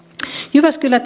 jyväskylä